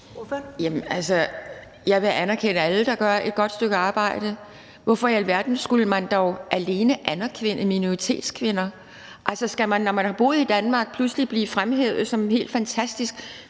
jeg vil anerkende alle, der gør et godt stykke arbejde. Hvorfor i alverden skulle man dog alene anerkende minoritetskvinder? Skal man, når man har boet i Danmark, pludselig blive fremhævet som helt fantastisk,